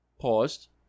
paused